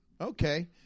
Okay